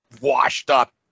washed-up